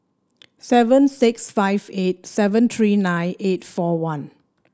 seven six five eight seven three nine eight four one